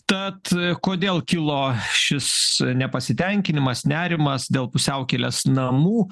tad kodėl kilo šis nepasitenkinimas nerimas dėl pusiaukelės namų